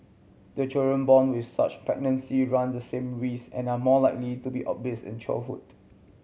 the children born with such pregnancy run the same risk and are more likely to be obese in childhood